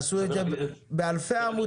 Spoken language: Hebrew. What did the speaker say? עשו את זה באלפי עמותות.